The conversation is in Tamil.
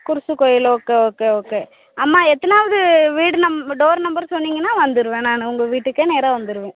குருசுக்கோயில் ஓகே ஓகே ஓகே அம்மா எத்தனாவது வீடு டோர் நம்பர் சொன்னிங்கன்னா வந்துடுவேன் நான் உங்கள் வீட்டுக்கே நேராக வந்துடுவேன்